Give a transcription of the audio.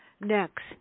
next